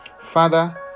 Father